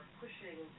pushing